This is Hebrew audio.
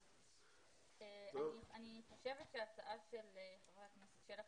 אני חושבת שההצעה של חבר הכנסת שלח,